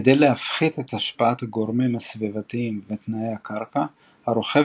כדי להפחית את השפעת הגורמים הסביבתיים ותנאי הקרקע הרוכב